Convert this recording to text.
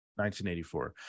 1984